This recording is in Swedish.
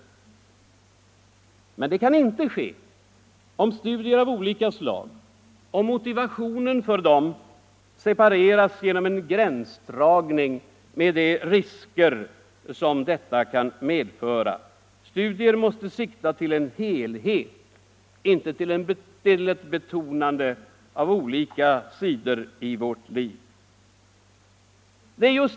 Men det kan inte ske om studier av olika slag och motivationen för dem separeras genom en gränsdragning på det sätt som föreslås med de risker detta medför. Studier måste sikta till en helhet, inte till ett betonande av olika sidor i vårt liv.